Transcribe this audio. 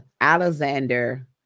Alexander